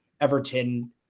Everton